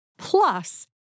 Plus